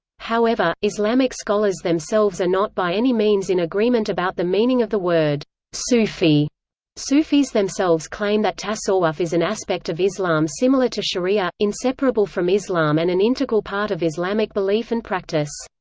however, islamic scholars themselves are not by any means in agreement about the meaning of the word sufi sufis themselves claim that tasawwuf is an aspect of islam similar to sharia, inseparable from islam and an integral part of islamic belief and practice.